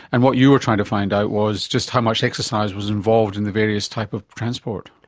and what you were trying to find out was just how much exercise was involved in the various type of transport.